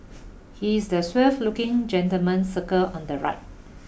he is the looking gentleman circled on the right